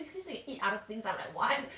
you still can eat other things I'm like what